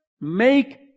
make